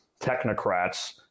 technocrats